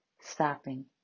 stopping